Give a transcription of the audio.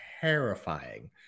Terrifying